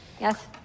yes